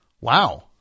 wow